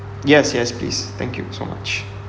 yes yes please thank you so much